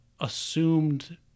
assumed